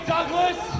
Douglas